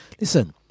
Listen